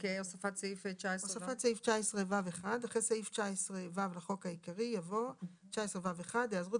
"הוספת סעיף 19ו1 אחרי סעיף 19ו לחוק העיקרי יבוא: "היעזרות